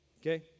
okay